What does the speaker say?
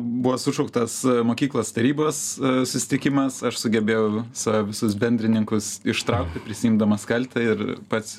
buvo sušauktas mokyklos tarybos susitikimas aš sugebėjau savo visus bendrininkus ištraukti prisiimdamas kaltę ir pats